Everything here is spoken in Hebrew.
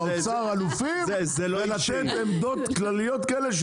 האוצר אלופים בלתת עמדות כלליות כאלה,